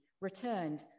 returned